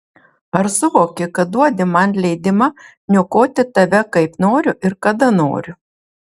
ar suvoki kad duodi man leidimą niokoti tave kaip noriu ir kada noriu